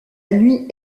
nuit